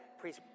please